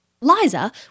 Liza